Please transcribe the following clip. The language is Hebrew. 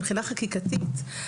מבחינה חקיקתית,